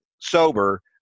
sober